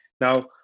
Now